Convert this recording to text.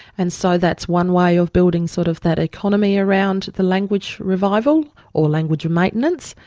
and so that's one way of building sort of that economy around the language revival or language maintenance.